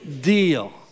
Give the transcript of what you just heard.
deal